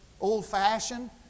old-fashioned